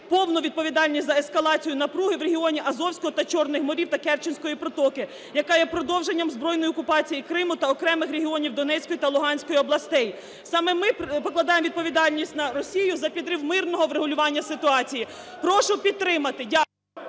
повну відповідальність за ескалацію напруги в регіоні Азовського та Чорного морів та Керченської протоки, яка є продовженням збройної окупації Криму та окремих регіонів Донецької та Луганської областей. Саме ми покладаємо відповідальність на Росію за підрив мирного врегулювання ситуації. Прошу підтримати. Дякую.